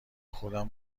خودم